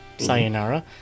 Sayonara